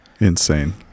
Insane